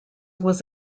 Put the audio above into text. was